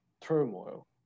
turmoil